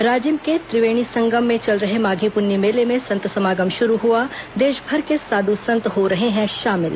राजिम के त्रिवेणी संगम में चल रहे माधी पुन्नी मेले में संत समागम शुरू हुआ देशभर के साधु संत हो रहे हैं शामिल